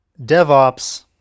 DevOps